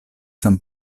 san